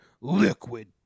liquid